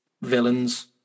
villains